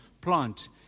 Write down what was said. plant